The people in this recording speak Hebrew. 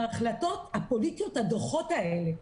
ההחלטות הפוליטיות הדוחות האלה,